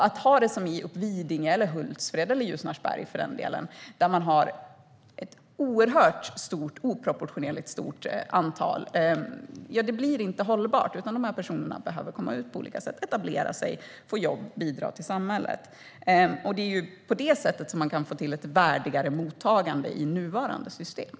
Att ha det som i Uppvidinge eller Hultsfred eller Ljusnarsberg, där man har ett oproportionerligt stort antal, är inte hållbart. De här personerna behöver komma ut på olika sätt, etablera sig, få jobb och bidra till samhället. Det är på det sättet man kan få till ett värdigare mottagande i nuvarande system.